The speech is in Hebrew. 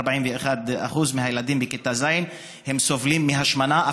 41% מהילדים בכיתה ז' סובלים מהשמנה,